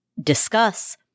discuss